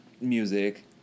music